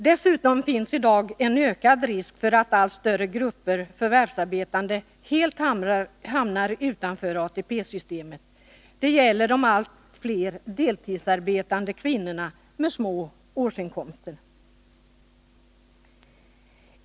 Dessutom finns i dag en ökad risk för att allt större grupper förvärvsarbetande hamnar utanför ATP-systemet. Det gäller de allt fler deltidsarbetande kvinnorna med små årsinkomster.